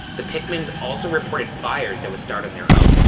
the pickmans also reported fires that would start on their own,